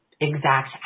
exact